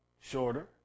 shorter